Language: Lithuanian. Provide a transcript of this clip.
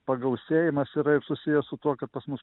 pagausėjimas yra ir susijęs su tuo kad pas mus